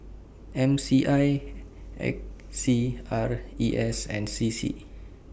M C I A C R E S and C C